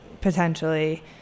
potentially